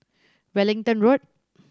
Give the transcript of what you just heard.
Wellington Road